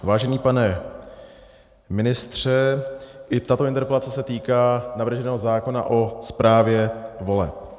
Vážený pane ministře, i tato interpelace se týká navrženého zákona o správě voleb.